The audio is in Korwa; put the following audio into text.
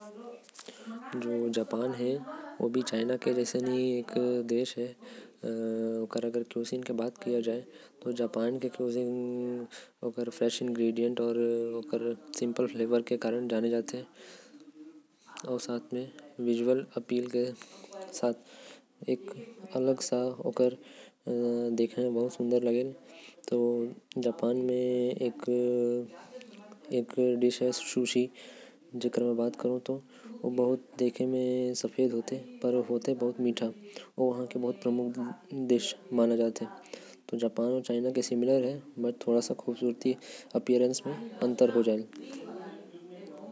जापान भी एक ठे चीन जैसा ही देश हवे। जापान के प्रमुख शैली में सुशी आथे। जोकि जापान में लोगमन बहुत खाथे। एहि सब वहा के लोग मन ज्यादा खाथे।